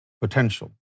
potential